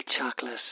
chocolate